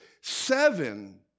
seven